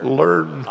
learn